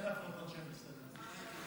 אין הפרטות שהן בסדר.